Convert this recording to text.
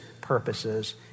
purposes